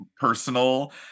personal